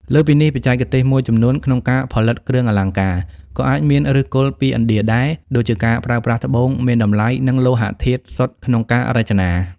លើសពីនេះ បច្ចេកទេសមួយចំនួនក្នុងការផលិតគ្រឿងអលង្ការ ក៏អាចមានឫសគល់ពីឥណ្ឌាដែរ ដូចជាការប្រើប្រាស់ត្បូងមានតម្លៃ និងលោហៈធាតុសុទ្ធក្នុងការរចនា។